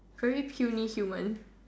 very puny human